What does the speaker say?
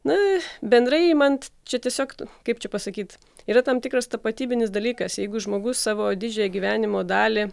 na bendrai imant čia tiesiog kaip čia pasakyt yra tam tikras tapatybinis dalykas jeigu žmogus savo didžiąją gyvenimo dalį